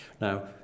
Now